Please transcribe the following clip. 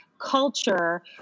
culture